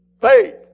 Faith